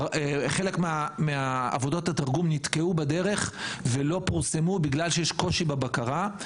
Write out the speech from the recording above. חלק מעבודות התרגום נתקעו בדרך ולא פורסמו בגלל קושי בבקרה.